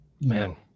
man